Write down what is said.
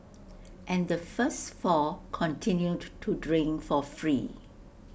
and the first four continued to drink for free